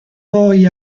poi